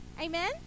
amen